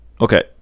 okay